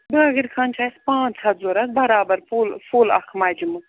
بٲگَر خانہِ چھِ اَسہِ پانٛژھ ہتھ ضوٚرَتھ برابر فُل فُل اکھ مجمہٕ